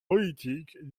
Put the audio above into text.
politique